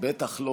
בטח לא